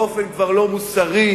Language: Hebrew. באופן כבר לא מוסרי,